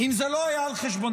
אם זה לא היה על חשבוננו.